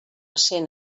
cent